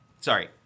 Sorry